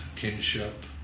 kinship